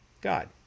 God